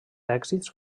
èxits